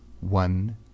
One